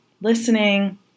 listening